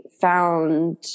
found